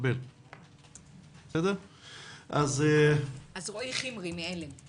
את רועי חומרי מ-עלם.